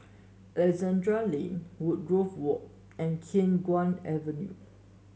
Alexandra Lane Woodgrove Walk and Khiang Guan Avenue